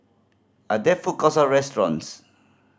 are there food courts or restaurants